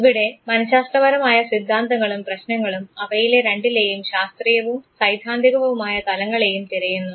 ഇവിടെ മനഃശാസ്ത്രപരമായ സിദ്ധാന്തങ്ങളും പ്രശ്നങ്ങളും അവയിലെ രണ്ടിലേയും ശാസ്ത്രീയവും സൈദ്ധാന്തികവുമായ തലങ്ങളെയും തിരയുന്നു